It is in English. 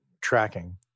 tracking